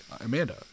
Amanda